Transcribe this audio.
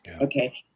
Okay